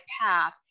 path